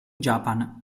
japan